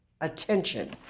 attention